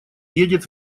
едет